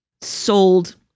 sold